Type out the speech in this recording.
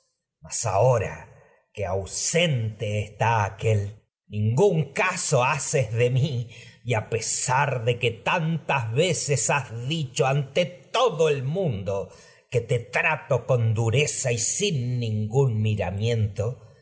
mas ahora que ausente está ningún caso haces de mi y a pesar de que has dicho ante todo tantas veces el mundo que te trato con dureza y sin ningún miramiento